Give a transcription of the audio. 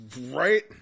Right